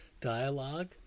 dialogue